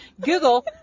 Google